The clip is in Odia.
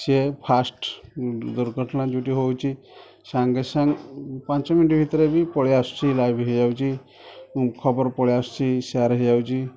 ସିଏ ଫାର୍ଷ୍ଟ୍ ଦରକାର ଥିଲା ଭିଡ଼ିଓ ହେଉଛି ସାଙ୍ଗେ ସାଙ୍ଗେ ପାଞ୍ଚ ମିନିଟ୍ ଭିତରେ ବି ପଳେଇ ଆସୁଛି ଲାଇଭ୍ ହୋଇଯାଉଛି ଖବର ପଳେଇ ଆସୁଛି ସେୟାର୍ ହୋଇଯାଉଛି